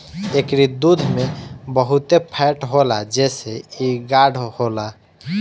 एकरी दूध में बहुते फैट होला जेसे इ गाढ़ होला